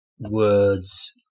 Words